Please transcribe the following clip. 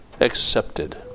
accepted